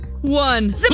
one